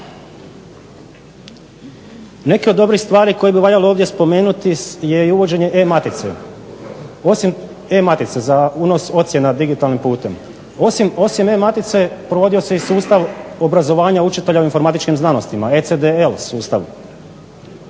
Neke od dobrih stvari koje bi valjalo ovdje spomenuti je i uvođenje e-matice. Osim e-matice za unos ocjena digitalnim putem. Osim e-matice provodio se i sustav obrazovanja učitelja o informatičkim znanostima, ECDL sustav.